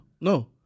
no